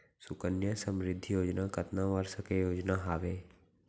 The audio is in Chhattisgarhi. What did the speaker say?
सुकन्या समृद्धि योजना कतना वर्ष के योजना हावे?